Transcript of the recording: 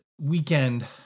weekend